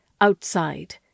outside